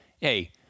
hey